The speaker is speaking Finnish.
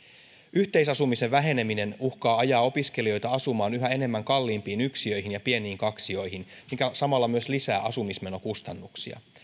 yhteisasumisen väheneminen uhkaa ajaa opiskelijoita asumaan yhä enemmän kalliimpiin yksiöihin ja pieniin kaksioihin mikä samalla myös lisää asumismenokustannuksia